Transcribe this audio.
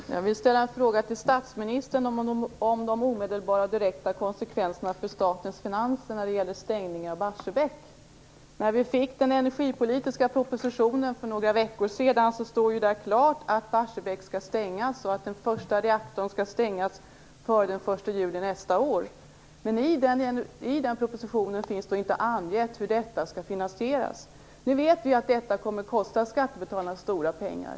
Fru talman! Jag vill ställa en fråga till statsministern om de omedelbara och direkta konsekvenserna för statens finanser när det gäller stängning av Barsebäck. I den energipolitiska propositionen, som vi fick för några veckor sedan, står det klart att Barsebäck skall stängas och att den första reaktorn skall stängas före den 1 juli nästa år. Men i propositionen anges inte hur detta skall finansieras. Nu vet vi att stängningen kommer att kosta skattebetalarna stora pengar.